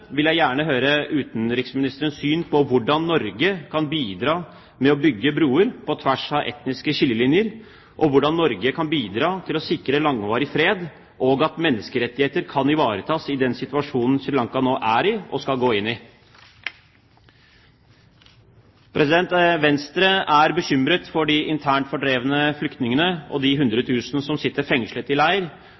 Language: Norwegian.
vil jeg gjerne høre utenriksministerens syn på hvordan Norge kan bidra til å bygge broer på tvers av etniske skillelinjer, hvordan Norge kan bidra til å sikre langvarig fred og at menneskerettigheter kan ivaretas i den situasjonen Sri Lanka nå er i – og skal gå inn i. Venstre er bekymret for de internt fordrevne flyktningene og de hundre tusen som sitter fengslet i